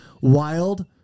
wild